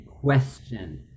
question